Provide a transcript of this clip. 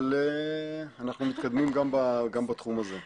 אנחנו מתקדמים גם בתחום הזה.